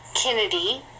Kennedy